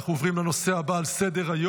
אנחנו עוברים לנושא הבא על סדר-היום: